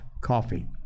Coffee